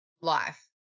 life